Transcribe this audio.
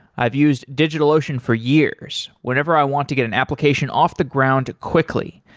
i've used digitalocean for years whenever i want to get an application off the ground quickly,